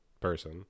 person